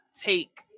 take